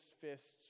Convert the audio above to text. fists